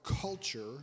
culture